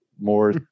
more